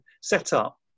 setup